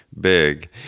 big